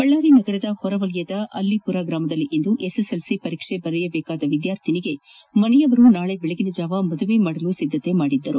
ಬಳ್ಳಾರಿ ನಗರದ ಹೊರ ವಲಯದ ಅಲ್ಲಿಪುರ ಗ್ರಾಮದಲ್ಲಿ ಇಂದು ಎಸ್ಎಸ್ಎಲ್ಸಿ ಪರೀಕ್ಷೆ ಬರೆಯಬೇಕಾದ ವಿದ್ಯಾರ್ಥಿನಿಗೆ ಮನೆಯವರು ನಾಳೆ ಬೆಳಗಿನ ಜಾವ ಮದುವೆ ಮಾಡಲು ಸಿದ್ದತೆ ಮಾಡಿದ್ದರು